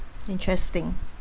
interesting